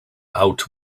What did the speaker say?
out